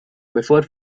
before